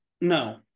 No